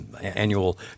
annual